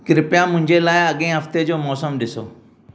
कृपया मुंहिंजे लाइ अॻे हफ़्ते जो मौसमु ॾिसो